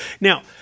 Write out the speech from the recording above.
Now